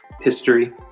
history